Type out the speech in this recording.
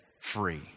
free